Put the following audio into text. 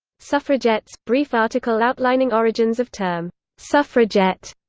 suffragettes brief article outlining origins of term suffragette,